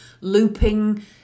looping